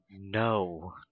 no